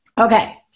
Okay